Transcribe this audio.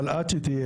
אבל עד שתהיה,